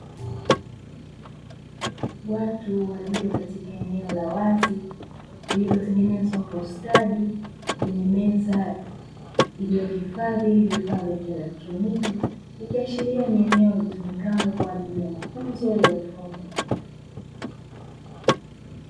Watu walio katika eneo la wazi lililotengenezwa kwa ustadi lenye meza iliyohifadhi vifaa vya kieletroniki. Ikiashiria kuwa ni eneo litumikalo kwa ajili ya mafunzo ya ufundi.